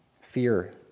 Fear